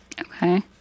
Okay